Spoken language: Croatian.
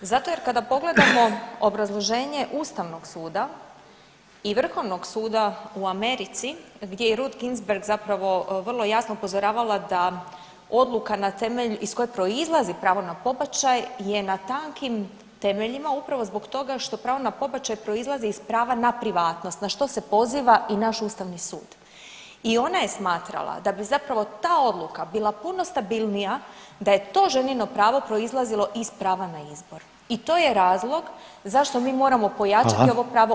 Zato jer kada pogledamo obrazloženje Ustavnog suda i Vrhovnog suda u Americi gdje je Ruth Ginsburg zapravo vrlo jasno upozoravala da odluka na temelju, iz koje proizlazi pravo na pobačaj je na tankim temeljima upravo zbog toga što pravo na pobačaj proizlazi iz prava na privatnost, na što se poziva i naš Ustavni sud i ona je smatrala da bi zapravo ta odluka bila puno stabilnija da je to ženino pravo proizlazilo iz prava na izbor i to je razlog zašto mi moramo pojačati ovo pravo